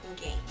game